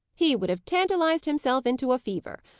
he would have tantalized himself into a fever.